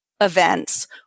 events